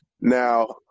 Now